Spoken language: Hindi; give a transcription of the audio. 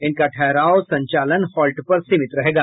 इनका ठहराव संचालन हॉल्ट पर सीमित रहेगा